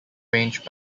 range